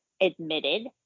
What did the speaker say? admitted